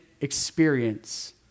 experience